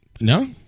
No